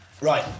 Right